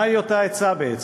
מהי אותה עצה בעצם?